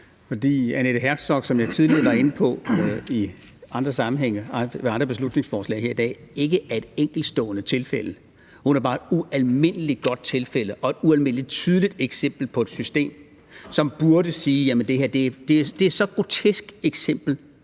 var inde på i andre sammenhænge og under andre beslutningsforslag her i dag, ikke er et enkeltstående tilfælde. Hun er bare et ualmindelig godt tilfælde og et ualmindelig tydeligt eksempel på et system, som burde kunne se det. Det er et så grotesk eksempel,